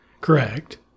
correct